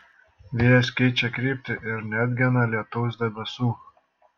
vėjas keičia kryptį ir neatgena lietaus debesų